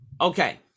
okay